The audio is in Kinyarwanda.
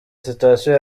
sitasiyo